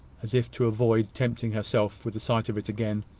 as if to avoid tempting herself with the sight of it again.